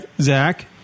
Zach